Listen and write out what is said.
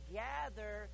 gather